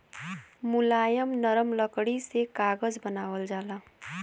मुलायम नरम लकड़ी से कागज बनावल जाला